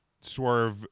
swerve